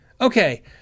okay